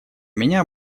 меня